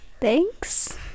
Thanks